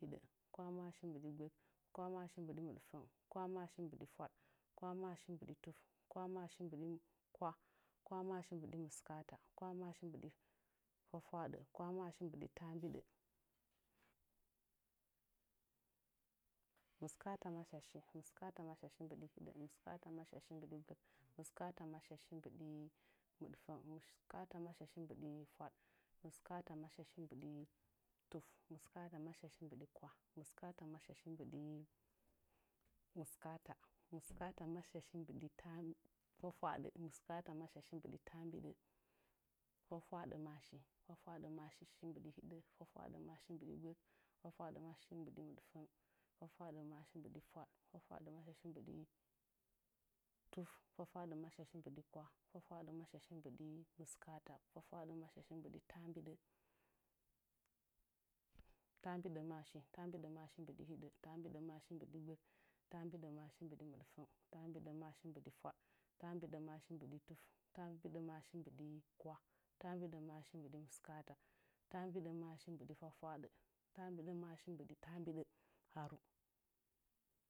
Kwah maashi mbɨɗi gbək kwah maashi mbɨɗi mɨɗəng kwah maashi mbɨɗi fwaɗ kwah maashi mbɨɗi tuf kwah maashi mbɨɗi kwah kwah maashi mbɨɗi mɨskaata kwah maashi mbɨɗi fwahfwahɗɨ kwah maashi mbɨɗi taambiɗə mɨskata maashashi mɨskata maashashi mbɨɗi hiɗə mɨskata maashashi mbɨɗi gbək mɨskata maashashi mbɨɗi mɨɗfəng mɨskata maashashi mbɨɗi fwaɗ mɨskata maashashi mbɨɗi tuf mɨskata maashashi mbɨɗi kwah mɨskata maashashi mbɨɗi mɨskaata mɨskata maashashi mbɨɗi fwahfwahɗə mɨskata maashashi mbɨɗi taambiɗə fwah fwahɗə maashi fwah fwahɗə maashi mbɨɗi hiɗə fwah fwahɗə maashi mbɨɗi gbək fwah fwahɗə maashi mbɨɗi mɨɗfəng fwah fwahɗə maashi mbɨɗi fwaɗ fwah fwahɗə maashi mbɨɗi tuf fwah fwahɗə maashi mbɨɗi kwah fwah fwahɗə maashi mbɨɗi mɨskaata fwah fwahɗə maashi mbɨɗi fwah fwahɗə fwah fwahɗə maashi mbɨɗi taambiɗə taambiɗə maashi taambiɗə maashi mbɨɗi hɨɗə taambiɗə maashi mbɨɗi gbək taambiɗə maashi mbɨɗi mɨɗfəng taambiɗə maashi mbɨɗi fwaɗ taambiɗə maashi mbɨɗi tuf taambiɗə maashi mbɨɗi kwah taambiɗə maashi mbɨɗi mɨskaata taambiɗə maashi mbɨɗi fwahfwahɗə taambiɗə maashi mbɨɗi taambiɗə haaru.